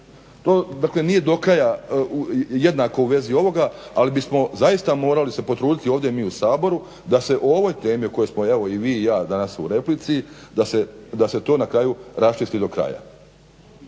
nije do kraja jednako u vezi ovoga, ali bismo zaista morali se potruditi ovdje mi u Saboru da se o ovoj temi o kojoj smo evo i vi i ja danas u replici da se to na kraju raščisti do kraja.